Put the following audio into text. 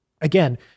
again